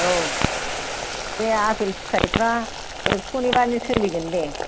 औ बे आपेल फिथायफ्रा एक्स'निबानो सोलिगोन दे